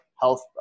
health